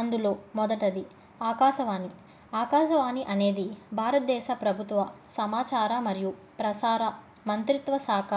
అందులో మొదటిది ఆకాశవాణి ఆకాశవాణి అనేది భారతదేశ ప్రభుత్వ సమాచార మరియు ప్రసార మంత్రిత్వ శాఖ